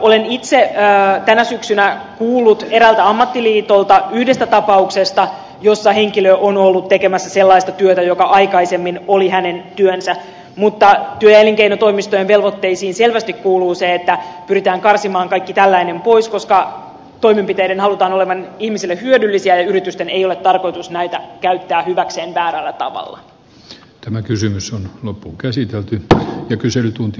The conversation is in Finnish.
olen itse tänä syksynä kuullut eräältä ammattiliitolta yhdestä tapauksesta jossa henkilö on ollut tekemässä sellaista työtä joka aikaisemmin oli hänen työnsä mutta työ ja elinkeinotoimistojen velvoitteisiin selvästi kuuluu se että pyritään karsimaan kaikki tällainen pois koska toimenpiteiden halutaan olevan ihmisille hyödyllisiä ja yritysten ei ole tarkoitus näitä käyttää hyväkseen väärällä tavalla tämä kysymys on loppuun käsitelty wto ja kyselytunti